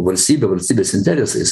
valstybe valstybės interesais